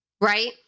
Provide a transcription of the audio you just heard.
Right